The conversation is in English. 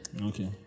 Okay